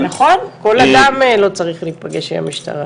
נכון, כל אדם לא צריך להיפגש עם המשטרה.